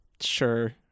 sure